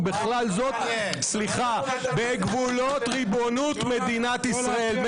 ובכלל זאת בגבולות ריבונות מדינת ישראל.